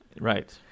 Right